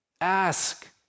Ask